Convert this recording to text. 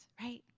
right